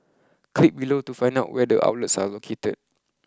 click below to find out where the outlets are located